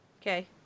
Okay